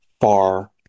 far